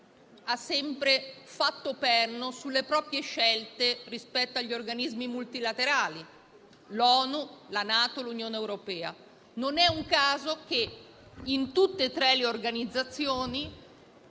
ha sempre fatto perno nelle proprie scelte sugli organismi multilaterali: l'ONU, la NATO e l'Unione europea. Non è un caso che in tutte e tre le organizzazioni